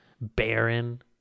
barren